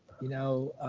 you know,